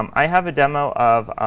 um i have a demo of